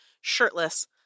shirtless